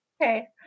okay